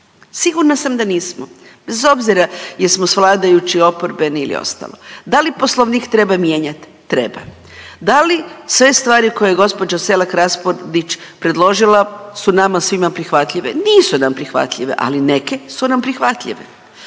Sigurna sam da nismo. Bez obzira jesmo s vladajući, oporbeni ili ostalo. Da li Poslovnik treba mijenjat? Treba. Da li sve stvari koje je gospođa Selak Raspudić predložila su nama svima prihvatljive? Nisu nam prihvatljive, ali neke su nam prihvatljive.